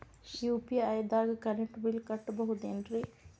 UPI ದಾಗ current bill ಕಟ್ಟಬಹುದೇನ್ರಿ?